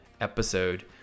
episode